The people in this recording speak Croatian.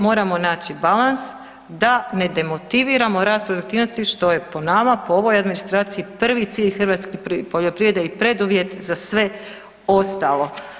Moramo naći balans da ne demotiviramo rasprave i aktivnosti što je po nama, po ovoj administraciji, prvi cilj hrvatske poljoprivrede i preduvjet za sve ostalo.